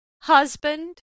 husband